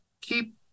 keep